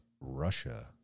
Russia